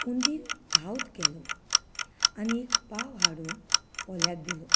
हुंदीर धांवत गेलो आनी पाव हाडून कोल्याक दिलो